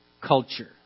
culture